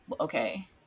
okay